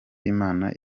imana